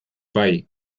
bai